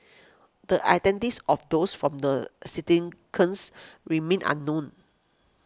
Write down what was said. the identities of those from the remain unknown